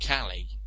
Callie